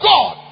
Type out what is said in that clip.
God